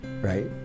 right